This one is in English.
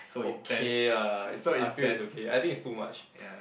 okay ah it's I feel it's okay I think it's too much